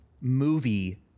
movie